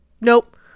nope